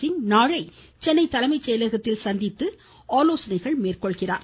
சிங் நாளை சென்னை தலைமை செயலகத்தில் சந்தித்து ஆலோசனை மேற்கொள்கிறார்